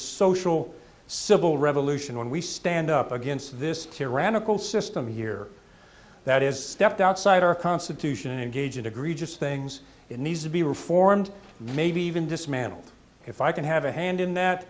social civil revolution when we stand up against this to ran a cool system here that is stepped outside our constitution and gauge an egregious things it needs to be reformed maybe even dismantled if i can have a hand in that